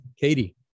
Katie